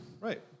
Right